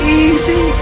easy